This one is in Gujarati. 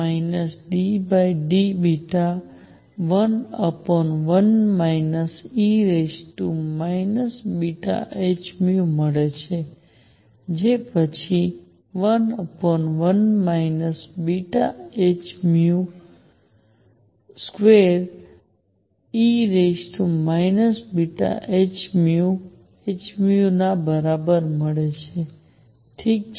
આ ddβ11 e βhν મળે છે જે પછી 11 e βhν2e βhνhν ના બરાબર મળે છે ઠીક છે